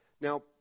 Now